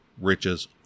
RICHES